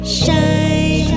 shine